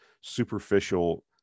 superficial